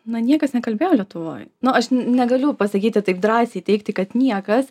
na niekas nekalbėjo lietuvoj nu aš negaliu pasakyti taip drąsiai teigti kad niekas